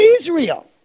Israel